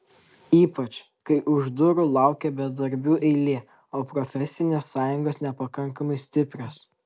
ypač kai už durų laukia bedarbių eilė o profesinės sąjungos nepakankamai stiprios